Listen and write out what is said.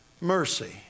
mercy